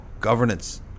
governance